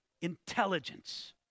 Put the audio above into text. intelligence